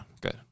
good